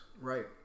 Right